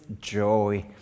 joy